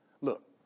look